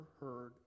heard